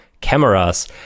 cameras